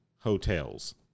hotels